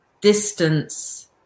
distance